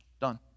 done